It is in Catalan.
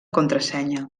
contrasenya